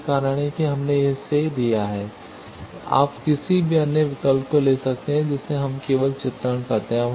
यही कारण है कि हमने इसे दिया है आप किसी भी अन्य विकल्प को ले सकते हैं जिसे हम केवल चित्रण करते हैं